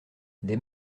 des